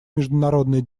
международный